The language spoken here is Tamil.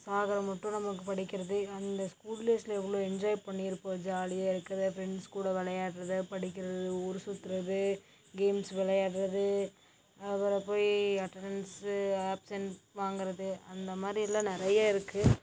சாகறமட்டும் நமக்கு படிக்கிறது இ அந்த ஸ்கூல் டேஸில் எவ்வளோ என்ஜாய் பண்ணிருப்போம் ஜாலியாக இருக்கிறது ஃப்ரெண்ட்ஸ் கூட விளையாட்றது படிக்கிறது ஊர் சுத்துறது கேம்ஸ் விளையாடுறது அப்புறம் போய் அட்டனன்ஸ் ஆப்சென்ட் வாங்கறது அந்த மாதிரில்லா நிறைய இருக்குது